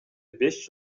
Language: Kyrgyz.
беш